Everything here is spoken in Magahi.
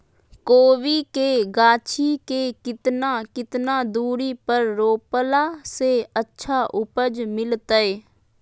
कोबी के गाछी के कितना कितना दूरी पर रोपला से अच्छा उपज मिलतैय?